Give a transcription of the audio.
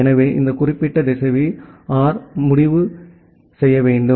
எனவே இந்த குறிப்பிட்ட திசைவி ஆர் முடிவு செய்ய வேண்டும்